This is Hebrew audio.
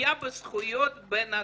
פגיעה בזכויות בן אדם.